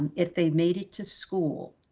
if they made it to school,